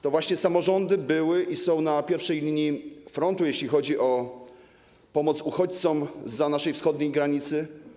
To właśnie samorządy były i są na pierwszej linii frontu, jeśli chodzi o pomoc uchodźcom zza naszej wschodniej granicy.